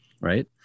right